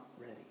ready